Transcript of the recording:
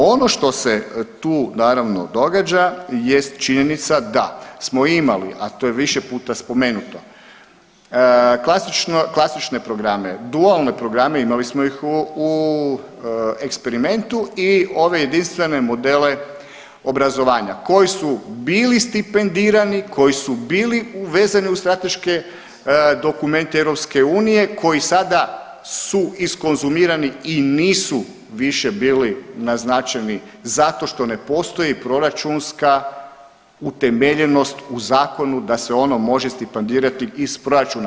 Ono što se tu naravno događa jest činjenica da smo imali, a to je više puta spomenuto, klasično, klasične programe, dualne programe imali smo ih u eksperimentu i ove jedinstvene modele obrazovanja koji su bili stipendirani, koji su bili uvezani u strateške dokumente EU, koji sada su iskonzumirani i nisu više bili naznačeni zato što ne postoji proračunska utemeljenost u zakonu da se ono može stipendirati iz proračuna.